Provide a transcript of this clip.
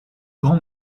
grand